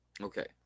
Okay